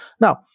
Now